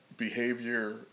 Behavior